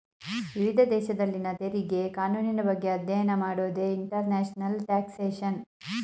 ವಿವಿಧ ದೇಶದಲ್ಲಿನ ತೆರಿಗೆ ಕಾನೂನಿನ ಬಗ್ಗೆ ಅಧ್ಯಯನ ಮಾಡೋದೇ ಇಂಟರ್ನ್ಯಾಷನಲ್ ಟ್ಯಾಕ್ಸ್ಯೇಷನ್